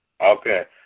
Okay